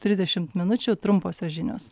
trisdešimt minučių trumposios žinios